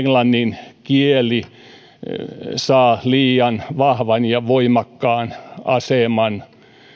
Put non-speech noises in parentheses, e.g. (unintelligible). (unintelligible) englannin kieli saa ikään kuin liian vahvan ja voimakkaan aseman